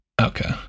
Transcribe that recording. Okay